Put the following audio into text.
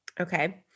Okay